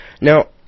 Now